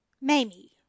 mamie